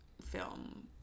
film